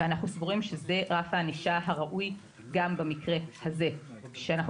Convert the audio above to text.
אנחנו סבורים שזה רף הענישה הראוי גם במקרה הזה כשאנחנו